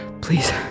please